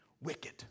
wicked